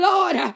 Lord